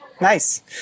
Nice